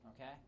okay